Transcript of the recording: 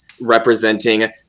representing